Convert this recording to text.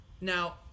now